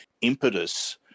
impetus